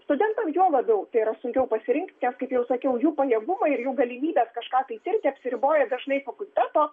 studentam juo labiau tai yra sunkiau pasirinkti nes kaip jau sakiau jų pajėgumai ir jų galimybės kažką tai tirti apsiriboja dažnai fakulteto